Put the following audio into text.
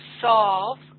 solve